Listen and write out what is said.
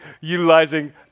utilizing